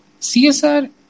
CSR